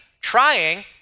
trying